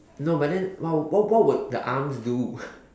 no but then what what what would the arms do